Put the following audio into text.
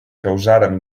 causaren